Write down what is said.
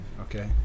okay